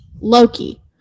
Loki